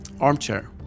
armchair